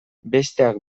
besteak